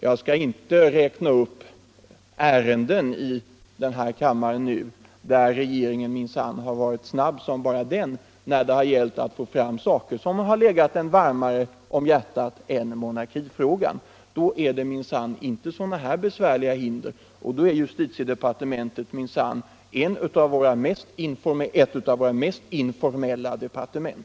Jag skall inte i denna kammare nu räkna upp ärenden där regeringen minsann har varit snabb som bara den, när det har gällt att få fram saker som har legat regeringen varmare om hjärtat än monarkifrågan. I sådana fall finns det minsann inte sådana här besvärliga hinder utan då är justitiedepartementet minsann ett av våra mest informella departement.